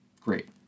great